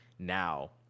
Now